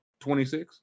26